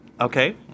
Okay